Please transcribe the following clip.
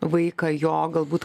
vaiką jo galbūt